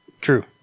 True